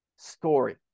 story